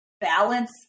balance